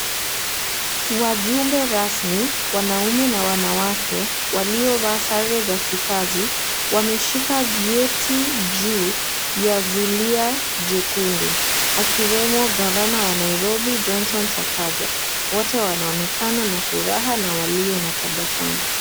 Wajumbe rasmi wanaume na wanawake waliovaa sare za kikazi wameshika vyeti juu ya zulia jekundu, akiwemo Gavana wa Nairobi Johnson Sakaja wote wanaonekana na furaha na walio na tabasamu.